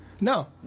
No